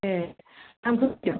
ए